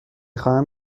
خواهم